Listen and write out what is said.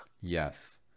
Yes